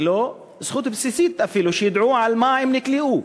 ללא זכות בסיסית אפילו לדעת על מה הם נכלאו.